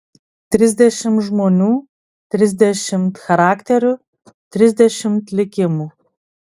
trisdešimt žmonių trisdešimt charakterių trisdešimt likimų